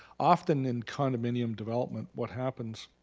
often in condominium development what happens